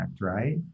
right